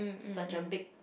such a big